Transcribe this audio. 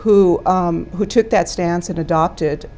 who who took that stance and adopted